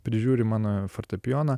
prižiūri mano fortepijoną